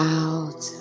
out